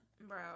Bro